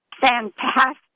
fantastic